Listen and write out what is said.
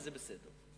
וזה בסדר.